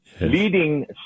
leading